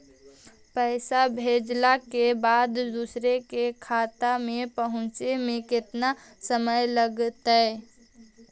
पैसा भेजला के बाद दुसर के खाता में पहुँचे में केतना समय लगतइ?